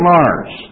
Mars